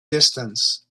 distance